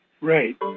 Right